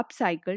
upcycled